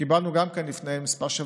שקיבלנו גם כן לפני כמה שבועות,